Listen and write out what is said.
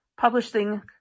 publishing